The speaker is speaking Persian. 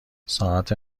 ساعت